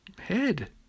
head